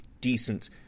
decent